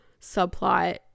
subplot